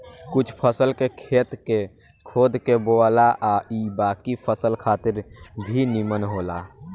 कुछ फसल के खेत के खोद के बोआला आ इ बाकी फसल खातिर भी निमन होला